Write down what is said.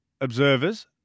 observers